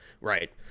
right